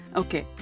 okay